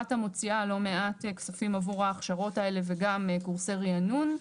רת"א מוציאה לא מעט כספים עבור ההכשרות האלה וגם קורסי רענון.